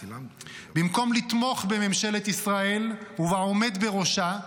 במקום לתמוך בממשלת ישראל ובעומד בראשה,